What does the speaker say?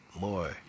more